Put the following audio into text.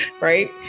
Right